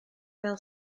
fel